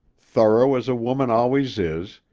thorough as a woman always is,